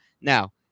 Now